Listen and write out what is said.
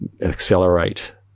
accelerate